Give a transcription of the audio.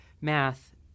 math